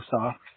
soft